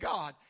God